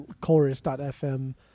Chorus.fm